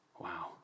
wow